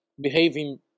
behaving